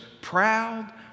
proud